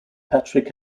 patrick